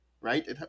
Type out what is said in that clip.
right